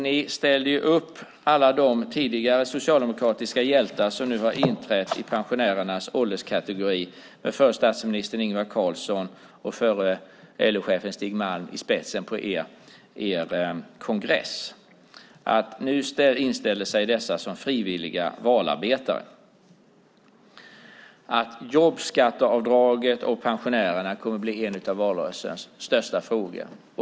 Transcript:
Ni ställde ju upp alla de tidigare socialdemokratiska hjältar som nu har inträtt i pensionärernas ålderskategori med förre statsministern Ingvar Carlsson och förre LO-ordföranden Stig Malm i spetsen på er kongress. Nu inställer sig dessa som frivilliga valarbetare. Jobbskatteavdraget och pensionärerna kommer att bli en av valrörelsens största fråga.